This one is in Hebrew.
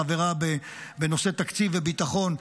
חברה בנושאי תקציב וביטחון,